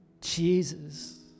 Jesus